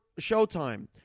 Showtime